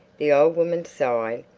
the old woman sighed,